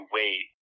wait